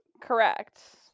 correct